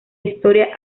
historia